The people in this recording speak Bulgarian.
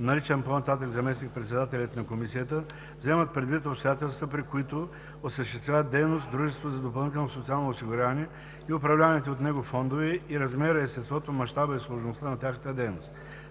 наричан по-нататък „заместник председателят на комисията“, вземат предвид обстоятелствата, при които осъществяват дейност дружеството за допълнително социално осигуряване и управляваните от него фондове, и размера, естеството, мащаба и сложността на тяхната дейност.